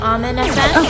Amen